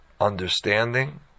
understanding